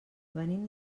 venim